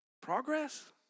progress